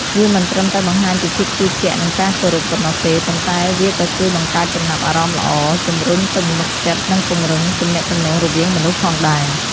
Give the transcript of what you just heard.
វាមិនត្រឹមតែបង្ហាញពីភាពជឿជាក់ និងការគោរពប៉ុណ្ណោះទេ ប៉ុន្តែវាក៏ជួយបង្កើតចំណាប់អារម្មណ៍ល្អ ជំរុញទំនុកចិត្ត និងពង្រឹងទំនាក់ទំនងរវាងមនុស្សផងដែរ។